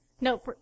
No